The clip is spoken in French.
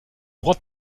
droit